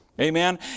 Amen